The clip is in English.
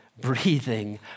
breathing